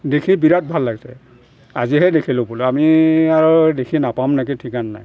দেখি বিৰাট ভাল লাগিছে আজিহে দেখি বোলো আমি আৰু দেখি নাপাম নেকি ঠিকান নাই